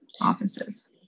offices